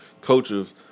coaches